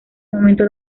momento